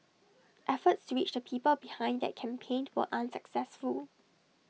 efforts to reach the people behind that campaign were unsuccessful